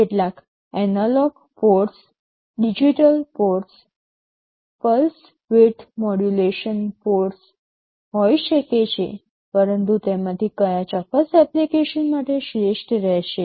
કેટલાક analog ports digital ports pulse width modulation ports analog ports digital ports pulse width modulation ports હોઈ શકે છે પરંતુ તેમાંથી ક્યા ચોક્કસ એપ્લિકેશન માટે શ્રેષ્ઠ રહેશે